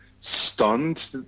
stunned